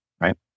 right